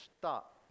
stop